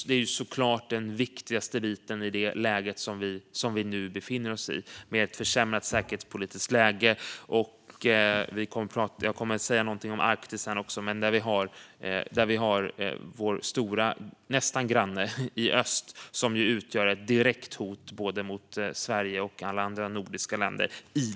Det är såklart den viktigaste biten i det försämrade säkerhetspolitiska läge som vi befinner oss - jag ska tala lite om Arktis också snart. Vår stora, nästan granne i öst är i detta nu ett direkt hot mot både Sverige och alla andra nordiska länder.